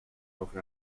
over